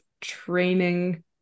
training